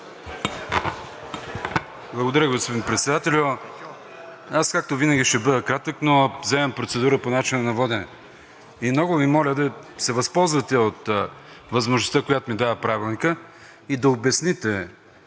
Благодаря, господин Председателю. Аз, както винаги, ще бъда кратък, но вземам процедура по начина на водене и много Ви моля да се възползвате от възможността, която дава Правилникът и да обясните